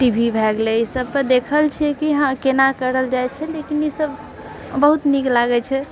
T भी भए गेलै ई सभ तऽ देखल छियै कि हाँ केना करल जाइ छै लेकिन ई सभ बहुत नीक लागैत छै